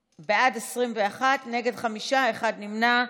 21, נגד, חמישה, אחד נמנע.